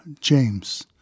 James